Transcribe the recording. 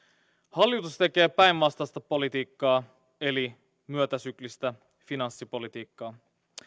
hallitus tekee päinvastaista politiikkaa eli myötäsyklistä finanssipolitiikkaa